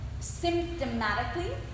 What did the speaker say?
symptomatically